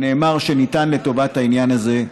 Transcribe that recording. שנאמר שניתנו לטובת העניין הזה,